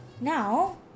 Now